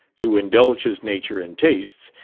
to indulge his nature and tastes,